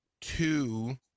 two